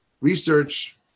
research